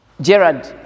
Gerard